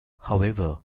however